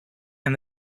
and